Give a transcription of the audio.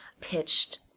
pitched